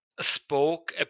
spoke